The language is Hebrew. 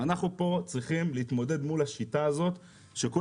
אנחנו פה צריכים להתמודד מול השיטה הזאת שכל